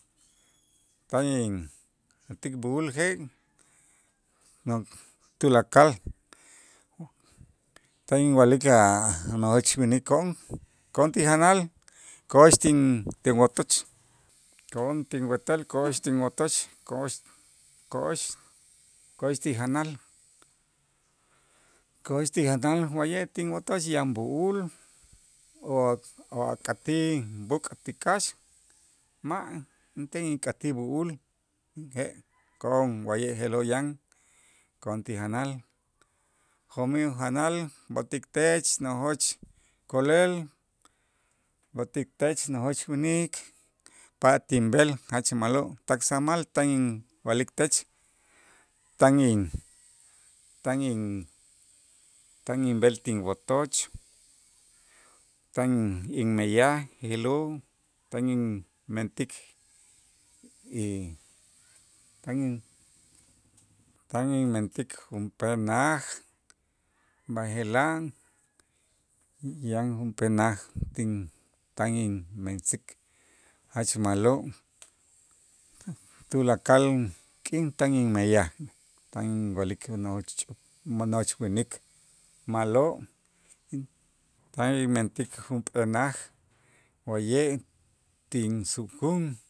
Tan injantik b'u'ul je' tulakal tan inwa'lik a' nojoch winiko'on ko'on ti janal ko'ox tin- tinwotoch, ko'on tinwetel, ko'ox tinwotoch, ko'ox ko'ox ko'ox ti janal ko'ox ti janal wa'ye' tinwotoch yan b'u'ul o- o ak'atij b'äk' ti kax ma' inten ink'atij b'u'ul je' ko'on wa'ye' je'lo' yan ko'on ti janal jo'mij ujanal b'o'tik tech nojoch ko'lel, b'o'tik tech nojoch winik pat inb'el jach ma'lo' tak samal tan inwa'lik tech tan in tan in tan inb'el tinwotoch tan inmeyaj je'lo' tan inmentik y tan in tan inmentik junpee naj, b'aje'laj yan junp'ee naj tin tan in mentzik jach ma'lo' tulakal k'in tan inmeyaj, tan inwa'lik nojoch ch'up mo- nojoch winik ma'lo' tan inmentik junp'ee naj wa'ye' ti insukun.